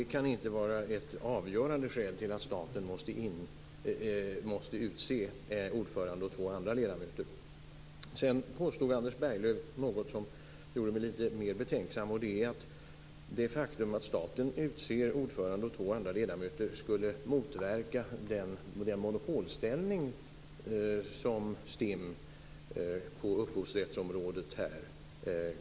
Det kan alltså inte vara ett avgörande skäl till att staten måste utse ordförande och två andra ledamöter. Anders Berglöv påstod vidare något som gjorde mig lite mer betänksam, nämligen att det faktum att staten utser ordförande och två andra ledamöter skulle motverka den monopolställning som STIM kan sägas inta på upphovsrättsområdet.